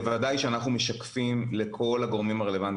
בוודאי שאנחנו משקפים לכל הגורמים הרלוונטיים